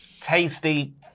tasty